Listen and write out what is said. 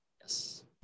Yes